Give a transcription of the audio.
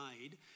made